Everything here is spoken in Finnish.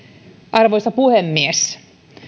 arvoisa puhemies